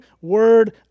word